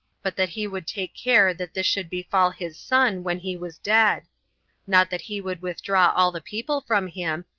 but that he would take care that this should befall his son when he was dead not that he would withdraw all the people from him,